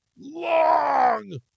long